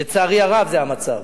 לצערי הרב זה המצב.